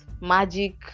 magic